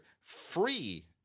Free